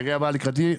העירייה באה לקראתי,